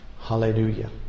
Hallelujah